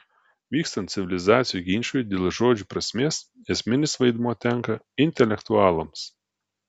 vykstant civilizacijų ginčui dėl žodžių prasmės esminis vaidmuo tenka intelektualams